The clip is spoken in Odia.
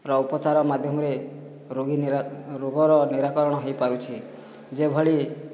ର ଉପଚାର ମାଧ୍ୟମରେ ରୋଗୀ ନିରା ରୋଗର ନିରାକରଣ ହୋଇପାରୁଛି ଯେଭଳି